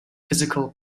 physical